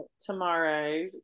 tomorrow